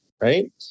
right